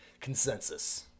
consensus